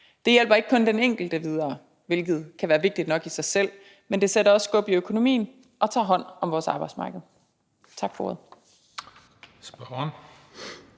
Det hjælper ikke kun den enkelte videre, hvilket kan være vigtigt nok i sig selv, men det sætter også skub i økonomien og tager hånd om vores arbejdsmarked. Tak for